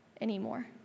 anymore